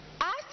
ask